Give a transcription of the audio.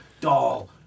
doll